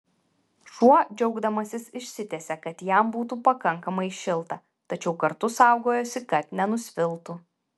šuo džiaugdamasis išsitiesė kad jam būtų pakankamai šilta tačiau kartu saugojosi kad nenusviltų